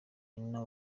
nina